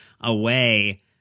away